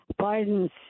Biden's